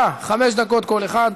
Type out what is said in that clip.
חמש דקות לכל אחד.